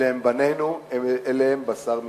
אלה הם בנינו, אלה הם בשר מבשרנו.